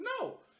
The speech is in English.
No